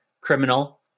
criminal